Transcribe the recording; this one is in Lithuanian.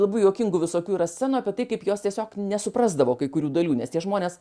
labai juokingų visokių yra scenų apie tai kaip jos tiesiog nesuprasdavo kai kurių dalių nes tie žmonės